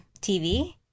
tv